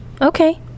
okay